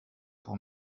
pour